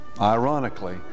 Ironically